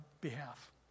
behalf